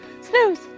snooze